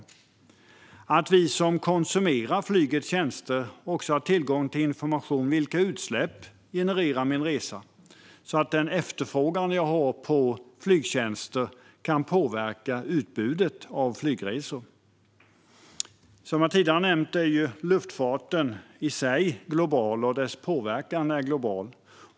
Det handlar också om att vi som konsumerar flygets tjänster också har tillgång till information om vilka utsläpp våra resor genererar, så att den efterfrågan vi har på flygtjänster kan påverka utbudet av flygresor. Som jag tidigare har nämnt är ju luftfarten i sig global, och dess påverkan är global.